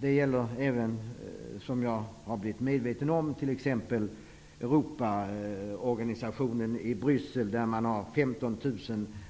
Det gäller även -- det har jag blivit medveten om --